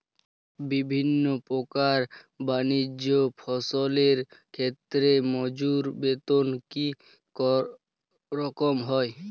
বিভিন্ন প্রকার বানিজ্য ফসলের ক্ষেত্রে মজুর বেতন কী রকম হয়?